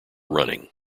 running